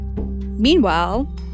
Meanwhile